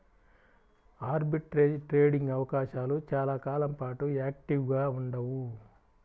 arbitrage trading అవకాశాలు చాలా కాలం పాటు యాక్టివ్గా ఉండవు